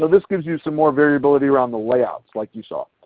ah this gives you some more variability around the layouts like you saw.